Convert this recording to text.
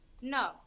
No